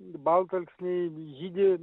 baltalksniai žydi